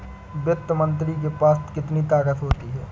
वित्त मंत्री के पास कितनी ताकत होती है?